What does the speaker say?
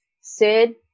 Sid